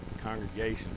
congregation